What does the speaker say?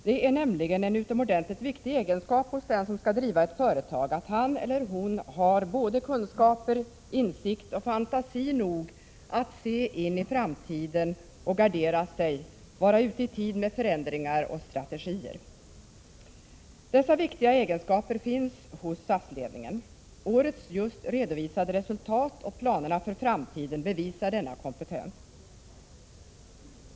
Det är nämligen en utomordentligt viktig egenskap hos den som skall driva ett företag att han eller hon har både kunskaper, insikt och fantasi nog att se in i framtiden och gardera sig, vara ute i tid med förändringar och strategier. Dessa viktiga egenskaper finns hos SAS-ledningen. Årets just redovisade resultat och planerna för framtiden bevisar denna kompetens.